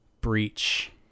breach